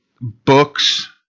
books